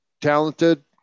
talented